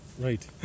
Right